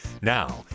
Now